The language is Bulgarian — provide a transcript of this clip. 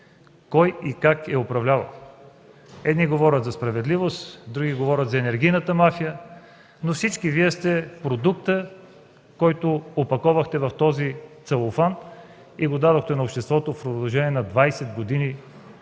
кой и как е управлявал – едни говорят за справедливост, други говорят за енергийната мафия, но всички Вие сте продукта, който опаковахте в този целофан и дадохте на обществото в продължение на 20 години